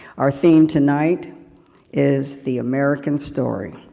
our theme tonight is the american story,